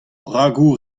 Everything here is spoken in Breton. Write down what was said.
bragoù